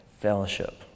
fellowship